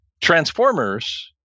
transformers